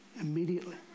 immediately